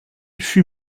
fut